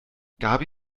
gaby